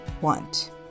want